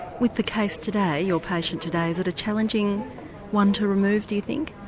with the case today, your patient today, is it a challenging one to remove, do you think?